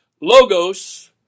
Logos